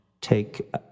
take